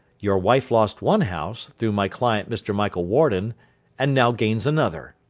your wife lost one house, through my client mr. michael warden and now gains another.